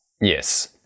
Yes